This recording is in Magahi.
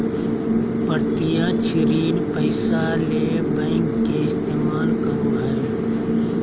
प्रत्यक्ष ऋण पैसा ले बैंक के इस्तमाल करो हइ